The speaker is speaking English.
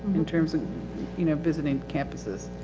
in terms of you know, visiting campuses.